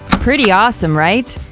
pretty awesome, right?